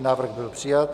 Návrh byl přijat.